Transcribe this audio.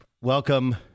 Welcome